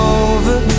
over